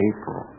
April